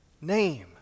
name